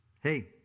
hey